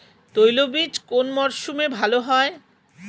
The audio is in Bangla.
তৈলবীজ কোন মরশুমে ভাল হয়?